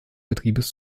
betriebes